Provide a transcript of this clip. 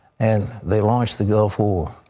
and they launched the gulf war.